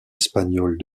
espagnoles